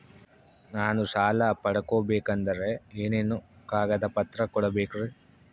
ನಾನು ಸಾಲ ಪಡಕೋಬೇಕಂದರೆ ಏನೇನು ಕಾಗದ ಪತ್ರ ಕೋಡಬೇಕ್ರಿ?